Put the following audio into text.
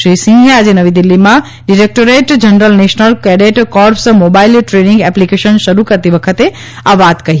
શ્રી સિંહે આજે નવી દિલ્હીમાં directorate general national cadet corps mobile training application શરૂ કરતી વખતે આ વાત કહી